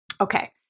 Okay